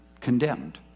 condemned